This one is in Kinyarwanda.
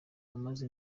wahanze